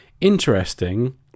interesting